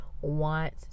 want